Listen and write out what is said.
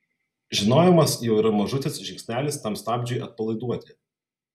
žinojimas jau yra mažutis žingsnelis tam stabdžiui atpalaiduoti